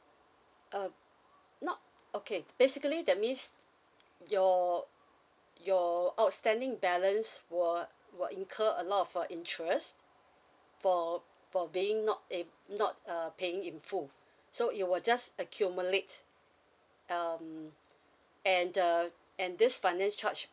um not okay basically that means your your outstanding balance will will incur a lot of uh interest for for paying not uh not uh paying in full so it will just accumulate um and uh and this finance charge